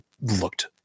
looked